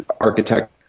architect